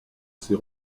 ces